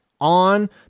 on